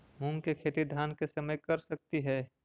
मुंग के खेती धान के समय कर सकती हे?